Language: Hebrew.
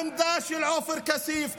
העמדה של עופר כסיף,